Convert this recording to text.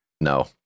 No